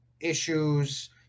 issues